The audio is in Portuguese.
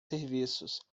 serviços